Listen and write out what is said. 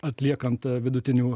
atliekant vidutinių